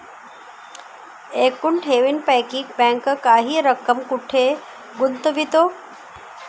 एकूण ठेवींपैकी बँक काही रक्कम कुठे गुंतविते?